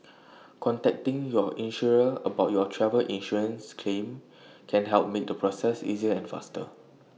contacting your insurer about your travel insurance claim can help make the process easier and faster